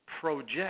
project